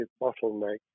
bottleneck